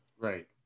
Right